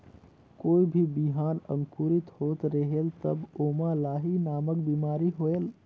कोई भी बिहान अंकुरित होत रेहेल तब ओमा लाही नामक बिमारी होयल?